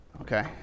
Okay